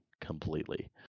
completely